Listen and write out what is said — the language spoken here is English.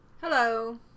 Hello